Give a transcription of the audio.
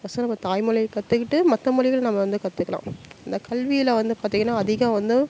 first நம்ம தாய்மொழிய கற்றுக்கிட்டு மற்ற மொழிகள நம்ம வந்து கற்றுக்கலாம் இந்த கல்வியில் வந்து பார்த்திங்கனா அதிகம் வந்து